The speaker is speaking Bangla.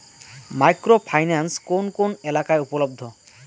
মাইক্রো ফাইন্যান্স কোন কোন এলাকায় উপলব্ধ?